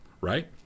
right